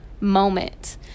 moment